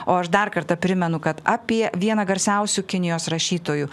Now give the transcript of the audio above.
o aš dar kartą primenu kad apie vieną garsiausių kinijos rašytojų